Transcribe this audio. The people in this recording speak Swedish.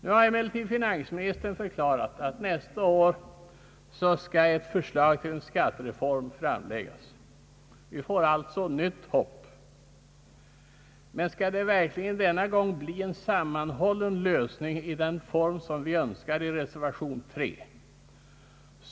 Nu har emellertid finansministern förklarat att ett förslag till en skattereform skall framläggas nästa år. Vi har alltså fått nytt hopp. Men kommer det verkligen den här gången att bli fråga om en sammanhållen reform av det slag vi önskar i reservation 3?